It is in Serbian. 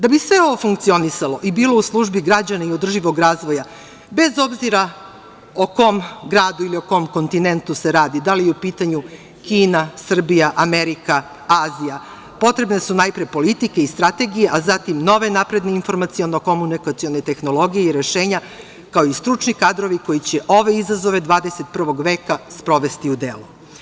Da bi sve ovo funkcionisalo i bilo u službi građana i održivog razvoja, bez obzira o kom gradu ili o kom kontinentu se radi, da li je u pitanju Kina, Srbija, Amerika, Azija, potrebne su najpre politike i strategije, a zatim nove napredne informaciono-komunikacione tehnologije i rešenja, kao i stručni kadrovi koji će ove izazove 21. veka sprovesti u delo.